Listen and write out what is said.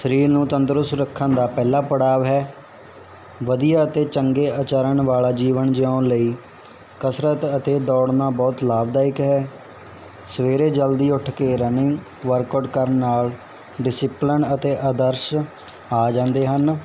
ਸਰੀਰ ਨੂੰ ਤੰਦਰੁਸਤ ਰੱਖਣ ਦਾ ਪਹਿਲਾ ਪੜਾਵ ਹੈ ਵਧੀਆ ਅਤੇ ਚੰਗੇ ਆਚਰਨ ਵਾਲਾ ਜੀਵਨ ਜਿਉਣ ਲਈ ਕਸਰਤ ਅਤੇ ਦੌੜਨਾ ਬਹੁਤ ਲਾਭਦਾਇਕ ਹੈ ਸਵੇਰੇ ਜਲਦੀ ਉੱਠ ਕੇ ਰਨਿੰਗ ਵਰਕਆਊਟ ਕਰਨ ਨਾਲ ਡਿਸਿਪਲਨ ਅਤੇ ਆਦਰਸ਼ ਆ ਜਾਂਦੇ ਹਨ